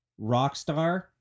Rockstar